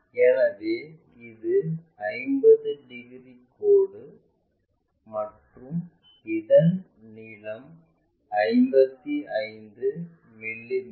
எனவே இது 50 டிகிரி கோடு மற்றும் அதன் நீளம் 55 மிமீ